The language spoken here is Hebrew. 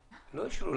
אישרו.